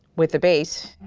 with the bass.